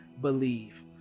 believe